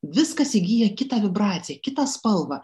viskas įgyja kitą vibracijų kitą spalvą